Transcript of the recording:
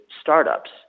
startups